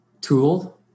tool